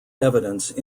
evidence